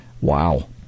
wow